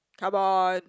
come on